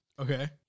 Okay